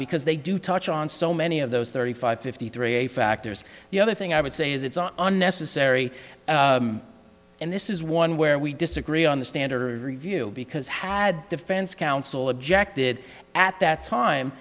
because they do touch on so many of those thirty five fifty three a factors the other thing i would say is it's unnecessary and this is one where we disagree on the standard review because had defense counsel objected at that time